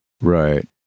Right